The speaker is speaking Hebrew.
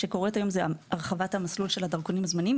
היא הרחבת המסלול של הדרכונים הזמניים.